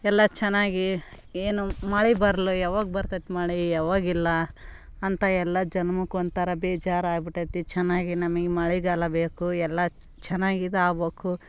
ಎಲ್ಲ ಚೆನ್ನಾಗಿ ಏನು ಮಳೆ ಬರ್ಲು ಯಾವಾಗ ಬರ್ತೈತೆ ಮಳೆ ಯಾವಾಗಿಲ್ಲ ಅಂತ ಎಲ್ಲ ಜನ್ಮಕ್ಕೊಂಥರ ಬೇಜಾರು ಆಗಿಬಿಟೈತಿ ಚೆನ್ನಾಗಿ ನಮಗೆ ಮಳೆಗಾಲ ಬೇಕು ಎಲ್ಲ ಚೆನ್ನಾಗಿ ಇದಾಬೇಕು